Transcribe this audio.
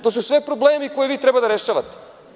To su sve problemi koje vi treba da rešavate.